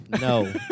No